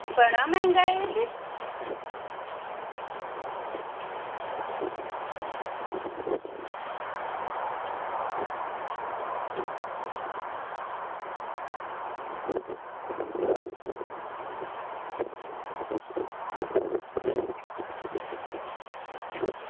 बड़ा मैहंगा एह् ते